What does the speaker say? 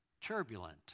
turbulent